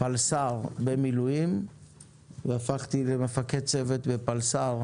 פלס"ר במילואים והפכתי למפקד צוות בפלס"ר